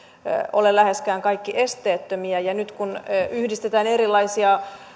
ole esteettömiä ja nyt kun yhdistetään erilaisia